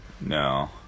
No